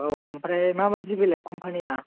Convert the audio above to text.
औ ओमफ्राय माबादि बेलाय कम्पानिया